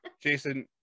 Jason